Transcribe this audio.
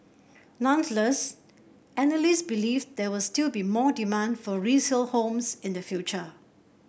nonetheless analysts believe there will still be more demand for resale homes in the future